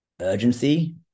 urgency